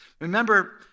Remember